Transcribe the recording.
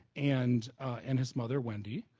and and his mother, wendy.